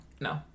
no